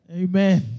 amen